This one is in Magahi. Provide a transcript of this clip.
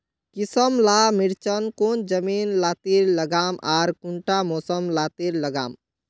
किसम ला मिर्चन कौन जमीन लात्तिर लगाम आर कुंटा मौसम लात्तिर लगाम?